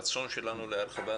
רצון שלנו להרחבה,